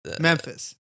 Memphis